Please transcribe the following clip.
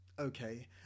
okay